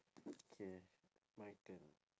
okay my turn